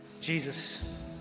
Jesus